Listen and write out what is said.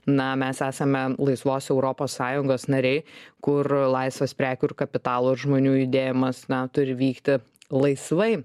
na mes esame laisvos europos sąjungos nariai kur laisvas prekių ir kapitalo ir žmonių judėjimas na turi vykti laisvai